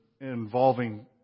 involving